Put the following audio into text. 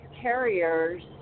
carriers